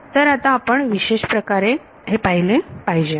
तर आता आपण विशेष प्रकारे हे पाहिले पाहिजे